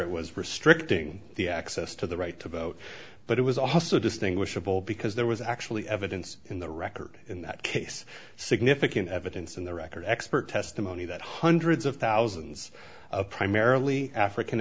it was restricting the access to the right to vote but it was also distinguishable because there was actually evidence in the record in that case significant evidence in the record expert testimony that hundreds of thousands of primarily african